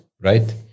right